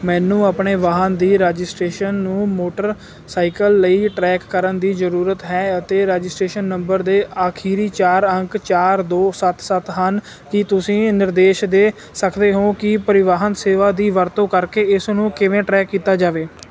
ਮੈਨੂੰ ਆਪਣੇ ਵਾਹਨ ਦੀ ਰਾਜਿਸਟ੍ਰੇਸ਼ਨ ਨੂੰ ਮੋਟਰਸਾਈਕਲ ਲਈ ਟਰੈਕ ਕਰਨ ਦੀ ਜ਼ਰੂਰਤ ਹੈ ਅਤੇ ਰਾਜਿਸਟ੍ਰੇਸ਼ਨ ਨੰਬਰ ਦੇ ਆਖਰੀ ਚਾਰ ਅੰਕ ਚਾਰ ਦੋ ਸੱਤ ਸੱਤ ਹਨ ਕੀ ਤੁਸੀਂ ਨਿਰਦੇਸ਼ ਦੇ ਸਕਦੇ ਹੋ ਕਿ ਪਰਿਵਾਹਨ ਸੇਵਾ ਦੀ ਵਰਤੋਂ ਕਰਕੇ ਇਸ ਨੂੰ ਕਿਵੇਂ ਟਰੈਕ ਕੀਤਾ ਜਾਵੇ